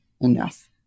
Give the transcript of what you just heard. enough